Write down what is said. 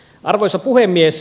arvoisa puhemies